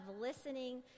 listening